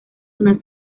una